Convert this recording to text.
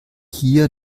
hier